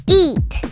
eat